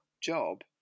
job